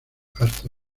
hasta